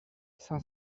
cinq